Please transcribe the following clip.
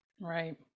right